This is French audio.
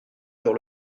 dure